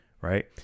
right